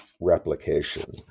replication